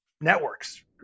networks